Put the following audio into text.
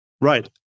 Right